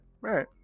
right